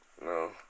No